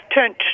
turned